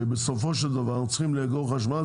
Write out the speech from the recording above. בסופו של דבר אנחנו צריכים לאגור חשמל.